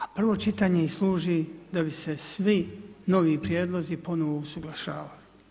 A prvo čitanje služi da bi se svi novi prijedlozi ponovno usuglašavali.